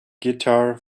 guitar